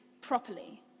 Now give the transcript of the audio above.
properly